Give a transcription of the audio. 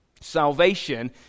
salvation